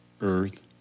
Earth